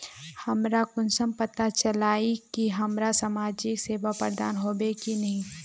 हमरा कुंसम पता चला इ की हमरा समाजिक सेवा प्रदान होबे की नहीं?